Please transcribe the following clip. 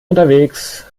unterwegs